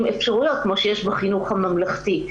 אפשרויות כמו שיש בחינוך הממלכתי.